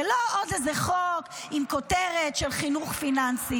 זה לא עוד איזה חוק עם כותרת של חינוך פיננסי,